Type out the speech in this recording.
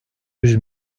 yüz